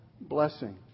blessing